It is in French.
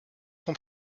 son